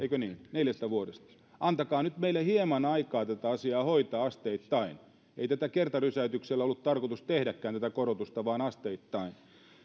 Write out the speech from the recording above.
neljästä vuodesta eikö niin antakaa nyt meille hieman aikaa tätä asiaa hoitaa asteittain ei tätä korotusta kertarysäytyksellä ollut tarkoitus tehdäkään vaan asteittain